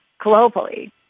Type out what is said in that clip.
globally